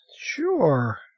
Sure